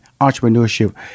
entrepreneurship